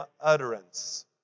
utterance